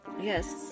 Yes